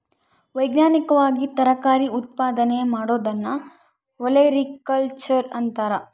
ವೈಜ್ಞಾನಿಕವಾಗಿ ತರಕಾರಿ ಉತ್ಪಾದನೆ ಮಾಡೋದನ್ನ ಒಲೆರಿಕಲ್ಚರ್ ಅಂತಾರ